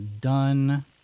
done